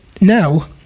now